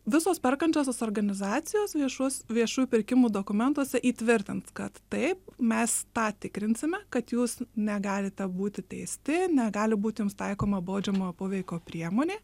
visos perkančiosios organizacijos viešos viešųjų pirkimų dokumentuose įtvirtint kad taip mes tą tikrinsime kad jūs negalite būti teisti negali būti jums taikoma baudžiamojo poveikio priemonė